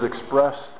expressed